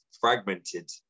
fragmented